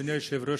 אדוני היושב-ראש,